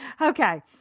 Okay